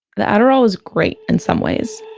the adderall was great in some ways